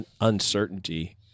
uncertainty